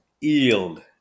yield